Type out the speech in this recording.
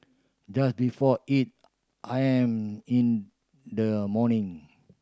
just before eight I am in the morning